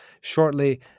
shortly